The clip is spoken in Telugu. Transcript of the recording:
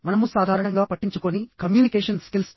మనము సాధారణంగా పట్టించుకోని కమ్యూనికేషన్ స్కిల్స్